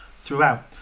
throughout